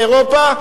באירופה,